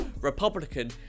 Republican